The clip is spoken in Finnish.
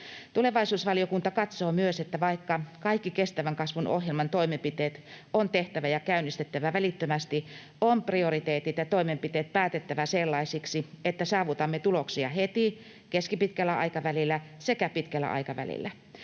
Tulevaisuusvaliokunta katsoo myös, että vaikka kaikki kestävän kasvun ohjelman toimenpiteet on tehtävä ja käynnistettävä välittömästi, on prioriteetit ja toimenpiteet päätettävä sellaisiksi, että saavutamme tuloksia heti, keskipitkällä aikavälillä sekä pitkällä aikavälillä.